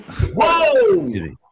Whoa